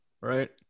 right